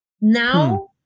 Now